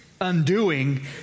undoing